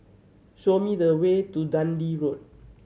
show me the way to Dundee Road